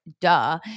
duh